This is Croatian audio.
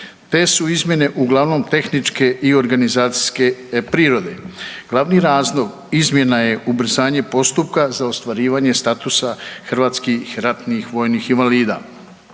Te su izmjene uglavnom tehničke i organizacijske prirode. Glavni razlog izmjena je ubrzanje postupka za ostvarivanje statusa hrvatskih ratnih vojnih invalida.